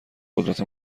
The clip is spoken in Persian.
قدرت